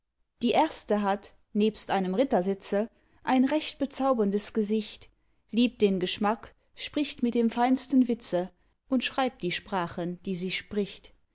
die erste hat nebst einem rittersitze ein recht bezauberndes gesicht liebt den geschmack spricht mit dem feinsten witze und schreibt die sprachen die sie spricht